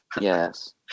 Yes